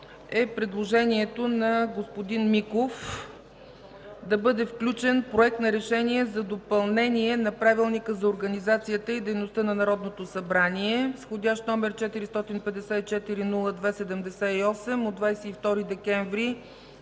е предложението на господин Миков – да бъде включен Проект на решение за допълнение на Правилника за организацията и дейността на Народното събрание с вх. № 454-02-78 от 22 декември